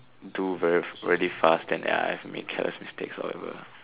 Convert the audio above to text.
do very fast then ya I've made careless mistakes so it will